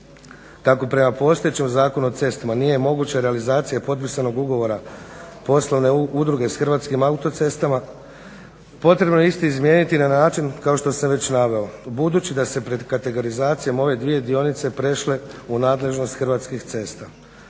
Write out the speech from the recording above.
Tako prema postojećem Zakonu o cestama nije moguća realizacija potpisanog ugovora poslovne udruge s Hrvatskim autocestama potrebno je isti izmijeniti na način kao što sam već naveo budući da su pred kategorizacijom ove dvije dionice prešle u nadležnost Hrvatskih cesta.